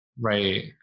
Right